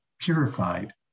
purified